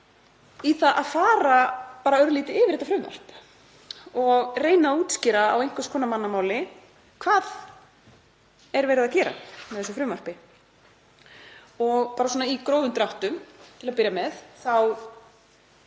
í það að fara bara örlítið yfir þetta frumvarp og reyna að útskýra á einhvers konar mannamáli hvað er verið að gera með þessu frumvarpi. Bara svona í grófum dráttum til að byrja með